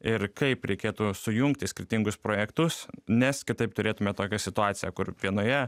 ir kaip reikėtų sujungti skirtingus projektus nes kitaip turėtume tokią situaciją kur vienoje